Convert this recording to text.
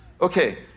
Okay